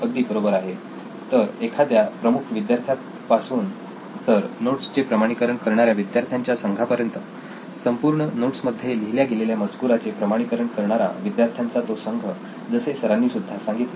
अगदी बरोबर आहे तर एखाद्या प्रमुख विद्यार्थ्यांपासूनतर नोट्सचे प्रमाणीकरण करणाऱ्या विद्यार्थ्यांच्या संघापर्यंत संपूर्ण नोट्समध्ये लिहिल्या गेलेल्या मजकुराचे प्रमाणीकरण करणारा विद्यार्थ्यांचा तो संघ जसे सरांनी सुद्धा सांगितले